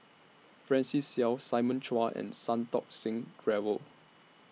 Francis Seow Simon Chua and Santokh Singh Grewal